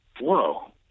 whoa